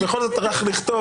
ובכל זאת החליט לכתוב